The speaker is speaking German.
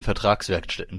vertragswerkstätten